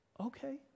Okay